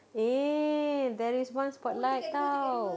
eh there is one spotlight tahu